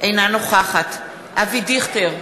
אינה נוכחת אבי דיכטר,